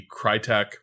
Crytek